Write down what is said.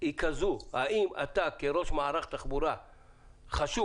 היא כזו: האם אתה כראש מערך תחבורה חשוב,